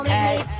hey